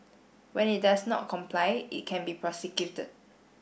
when it does not comply it can be prosecuted